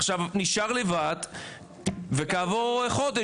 עכשיו נשאר לבד וכעבור חודש,